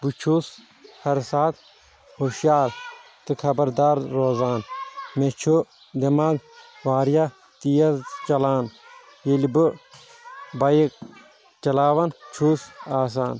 بہٕ چھُس ہر ساتہٕ ہُشار تہٕ خبردار روزان مےٚ چھُ دٮ۪ماغ واریاہ تیز چلان ییٚلہِ بہٕ بایِک چلاوان چھُس آسان